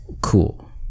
cool